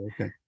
Okay